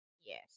Yes